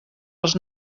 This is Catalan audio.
als